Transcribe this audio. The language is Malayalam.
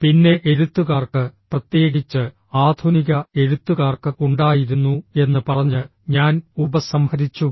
പിന്നെ എഴുത്തുകാർക്ക് പ്രത്യേകിച്ച് ആധുനിക എഴുത്തുകാർക്ക് ഉണ്ടായിരുന്നു എന്ന് പറഞ്ഞ് ഞാൻ ഉപസംഹരിച്ചു